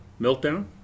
meltdown